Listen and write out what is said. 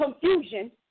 confusion